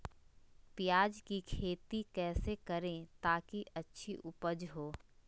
प्याज की खेती कैसे करें ताकि अच्छी उपज हो?